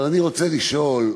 אבל אני רוצה לשאול,